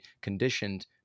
conditioned